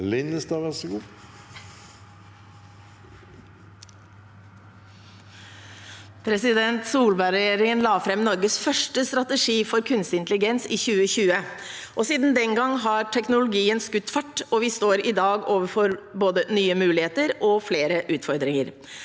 Linnestad (H) Solberg-re- gjeringen la fram Norges første strategi for kunstig intelligens i 2020. Siden den gang har teknologien skutt fart, og vi står i dag overfor både nye muligheter og flere utfordringer.